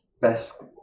best